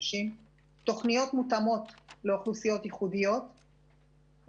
תוכניות מותאמות לאוכלוסיות ייחודיות,